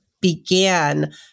began